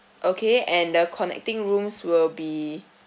okay and the connecting rooms will be